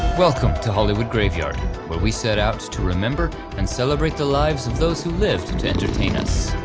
welcome to hollywood graveyard, where we set out to remember and celebrate the lives of those who lived to entertain us,